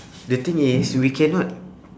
the thing is we cannot